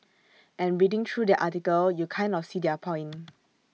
and reading through their article you kind of see their point